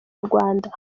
rwanda